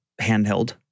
handheld